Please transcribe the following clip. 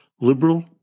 Liberal